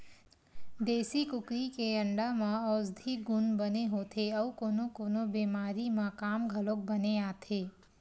देसी कुकरी के अंडा म अउसधी गुन बने होथे अउ कोनो कोनो बेमारी म काम घलोक बने आथे